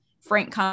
frank